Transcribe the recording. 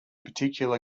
particular